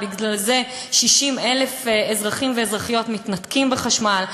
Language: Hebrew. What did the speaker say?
בגלל זה 60,000 אזרחים ואזרחיות מתנתקים מחשמל.